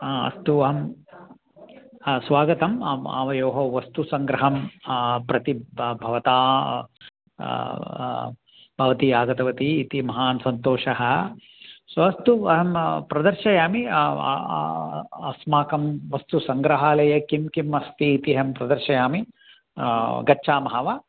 हा अस्तु अहं हा स्वगतम् आम् आवयोः वस्तुसङ्ग्रहं प्रति बा भवती भवती आगतवती इति महान् सन्तोषः सो अस्तु अहं प्रदर्शयामि अस्माकं वस्तुसङ्ग्रहालये किं किम् अस्ति इति अहं प्रदर्शयामि गच्छामः वा